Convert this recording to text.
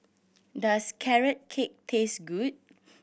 does Carrot Cake taste good